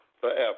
forever